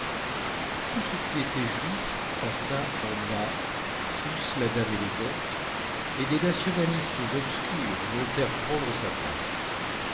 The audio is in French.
tout ce qui était juif passa en bas fût-ce la dame élégante et des nationalistes obscurs montèrent prendre sa place